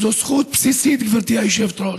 זו זכות בסיסית, גברתי היושבת-ראש.